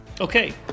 Okay